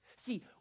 See